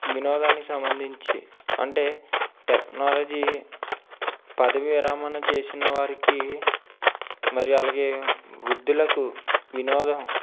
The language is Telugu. వినోదానికి సంబంధించి అంటే టెక్నాలజీ పదవీ విరామణ చేసిన వారికి మరియు అలాగే వృద్ధులకు వినోదం